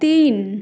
তিন